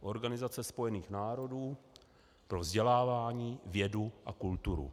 Organizace Spojených národů pro vzdělávání, vědu a kulturu.